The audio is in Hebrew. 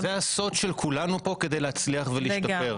זהו הסוד של כולנו פה, כדי להצליח ולהשתפר.